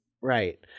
right